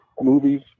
movies